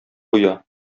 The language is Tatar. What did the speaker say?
куя